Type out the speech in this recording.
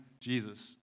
Jesus